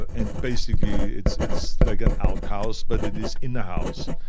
but and basically it's it's like an outhouse but it is in the house.